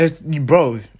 bro